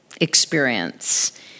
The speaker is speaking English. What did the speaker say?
experience